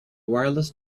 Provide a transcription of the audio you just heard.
wireless